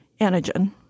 antigen